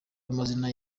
amazina